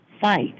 fight